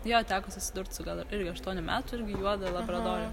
jo teko susidurt su gal irgi aštuonių metų irgi juoda labradorė